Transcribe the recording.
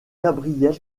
gabriel